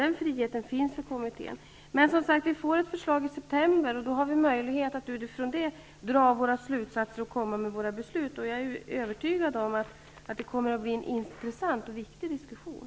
Den friheten finns alltså för läroplanskommittén. Det kommer, som sagt, ett förslag i september, och då får vi möjlighet att utifrån det dra slutsatser och fatta beslut. Jag är övertygad om att det blir en intressant och viktig diskussion.